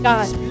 God